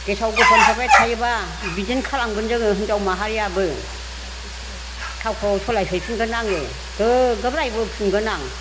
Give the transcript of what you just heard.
गेसाव गोफोन हरबाय थायोबा बिदिनो खालामगोन जोङो हिनजाव माहारियाबो थावखौ सोलाय हैफिनगोन आङो गोग्गोम रायबोफिनगोन आं